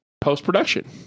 post-production